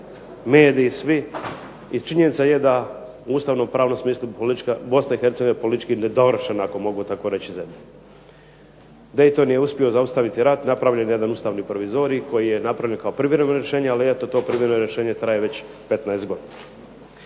mediji svi i činjenica je da ustavno-pravnom smislu BiH je politički nedovršena, ako mogu tako reći, zemlja. Dayton je uspio zaustaviti rat, napravljen je jedan ustavni provizorij koji je napravljen kao privremeno rješenje, ali eto to privremeno rješenje traje već 15 godina.